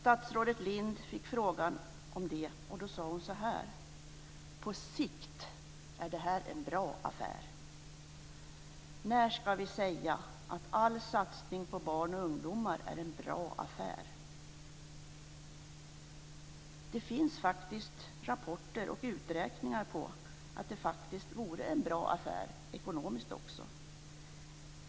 Statsrådet Lindh fick en fråga om detta och svarade så här: På sikt är det här en bra affär. När ska vi säga att all satsning på barn och ungdomar är en bra affär? Det finns faktiskt rapporter och uträkningar som visar att det faktiskt vore en bra affär, också ekonomiskt.